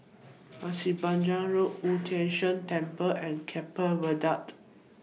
Pasir Panjang Road Wu Tai Shan Temple and Keppel Viaduct